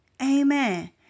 amen